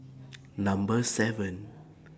Number seven